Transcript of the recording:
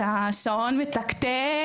והשעון מתקתק,